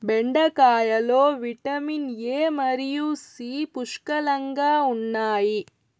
బెండకాయలో vitamin A మరియు C పుష్కలంగా ఉన్నాయి